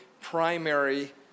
primary